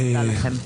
תודה לכם.